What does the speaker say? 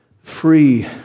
free